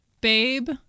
Babe